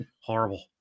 horrible